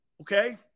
okay